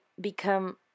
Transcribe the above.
become